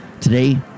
today